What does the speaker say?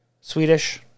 Swedish